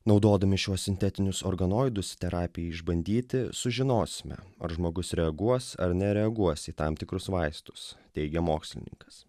naudodami šiuos sintetinius organoidus terapijai išbandyti sužinosime ar žmogus reaguos ar nereaguos į tam tikrus vaistus teigia mokslininkas